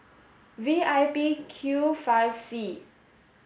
V I P Q five C